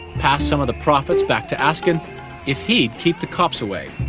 pass some of the profits back to askin if he'd keep the cops away.